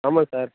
ஆமாம் சார்